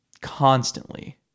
constantly